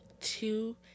two